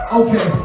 okay